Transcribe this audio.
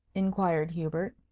inquired hubert.